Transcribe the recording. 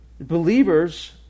believers